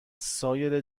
سایر